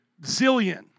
zillion